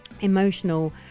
emotional